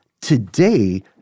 Today